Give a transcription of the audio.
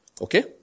Okay